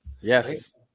Yes